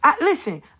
Listen